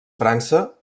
frança